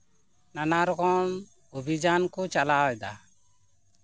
ᱱᱟᱱᱟ ᱨᱚᱠᱚᱢ ᱚᱵᱷᱤᱡᱟᱱ ᱠᱚ ᱪᱟᱞᱟᱣᱮᱫᱟ